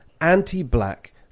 anti-black